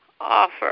offer